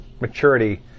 maturity